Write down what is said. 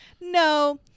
No